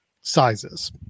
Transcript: sizes